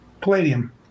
Palladium